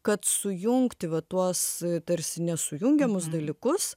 kad sujungti vat tuos tarsi nesujungiamus dalykus